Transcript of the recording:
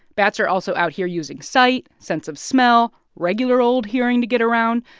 bats are also out here using sight, sense of smell, regular old hearing to get around,